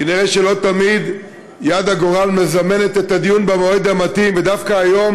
כנראה לא תמיד יד הגורל מזמנת את הדיון במועד המתאים: דווקא היום